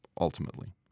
ultimately